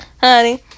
Honey